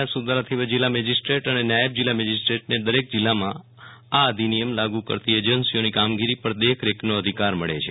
આ સુધારાથી ફવે જિલ્લામેજિસ્ટ્રેટ્સ અને નાયબ જિલ્લા મેજિસ્ટ્રેટ્સને દરેક જિલ્લામાં આ અધિનિયમ લાગુ કરતી એજન્સીઓની કામગીરી પર દેખરેખનો અધિકાર મળે છે